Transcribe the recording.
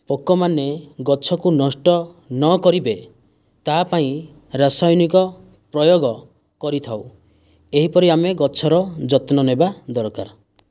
ପୋକମାନେ ଗଛକୁ ନଷ୍ଟ ନକରିବେ ତା ପାଇଁ ରାସାୟନିକ ପ୍ରୟୋଗ କରିଥାଉ ଏହିପରି ଆମେ ଗଛର ଯତ୍ନ ନେବା ଦରକାର